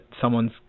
someone's